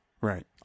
Right